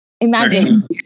Imagine